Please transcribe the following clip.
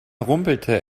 rumpelte